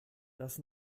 das